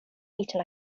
eaten